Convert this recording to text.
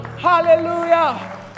Hallelujah